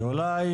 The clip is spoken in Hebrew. שאולי